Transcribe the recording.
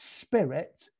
spirit